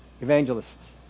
evangelists